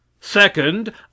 Second